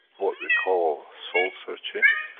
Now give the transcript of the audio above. what we call, soul searching.